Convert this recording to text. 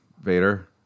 Vader